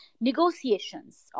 negotiations